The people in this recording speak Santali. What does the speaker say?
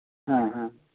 ᱦᱮᱸ ᱦᱮᱸ